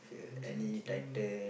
Indian song